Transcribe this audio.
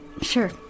Sure